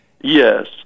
Yes